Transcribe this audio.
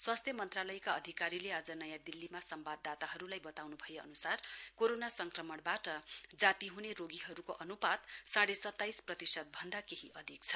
स्वास्थ्य मन्त्रालयका अधिकारीले आज नयाँ दिल्लीमा संवाददाताहरूलाई बताउन् भए अनुसार कोरोना संक्रमणबाट जाति ह्ने रोगीहरूको अनुपात साडे सताईस प्रतिशत भन्दा केही अधिक छ